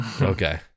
Okay